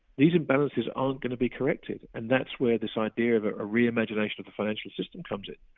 these imbalances aren't going to be corrected and that's where this idea of a re-imagination of the financial system comes in.